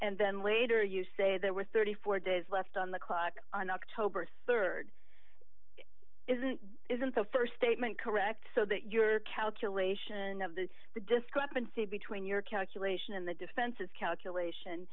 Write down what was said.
and then later you say there were thirty four days left on the clock on october rd isn't isn't the st statement correct so that your calculation of the the discrepancy between your calculation and the defense's calculation